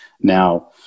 Now